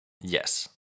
yes